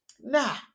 now